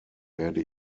werde